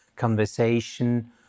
conversation